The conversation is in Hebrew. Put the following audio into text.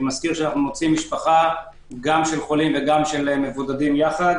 אני מזכיר אנחנו מוציאים משפחה גם של חולים וגם של מבודדים יחד